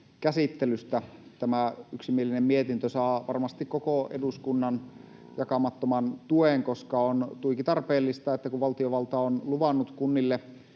käsittelystä. Tämä yksimielinen mietintö saa varmasti koko eduskunnan jakamattoman tuen, koska on tuiki tarpeellista, että kun valtiovalta on luvannut kunnille